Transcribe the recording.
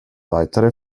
weitere